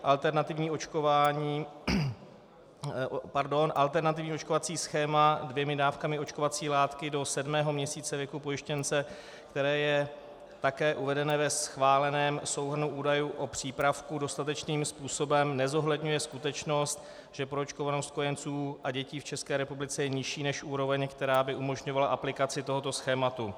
Alternativní očkovací schéma dvěma dávkami očkovací látky do sedmého měsíce věku pojištěnce, které je také uvedené ve schváleném souhrnu údajů o přípravku, dostatečným způsobem nezohledňuje skutečnost, že proočkovanost kojenců a dětí v České republice je nižší než úroveň, která by umožňovala aplikaci tohoto schématu.